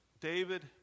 David